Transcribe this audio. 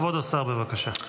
כבוד השר, בבקשה.